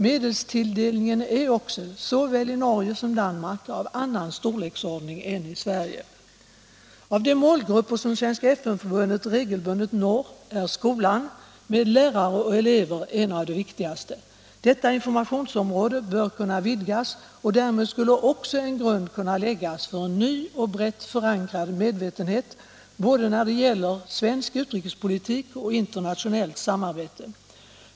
Medelstilldelningen är också såväl i Norge som i Danmark av annan storleksordning än i Sverige. Av de målgrupper som det svenska FN-förbundet regelbundet når är skolan med lärare och elever en av de viktigaste. Detta informationsområde bör kunna vidgas. Därmed skulle också en grund läggas för en ny och brett förankrad medvetenhet när det gäller både svensk utrikespolitik och internationellt samarbete.